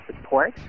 support